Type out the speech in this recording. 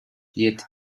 yet